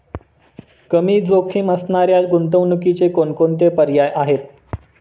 कमी जोखीम असणाऱ्या गुंतवणुकीचे कोणकोणते पर्याय आहे?